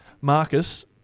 Marcus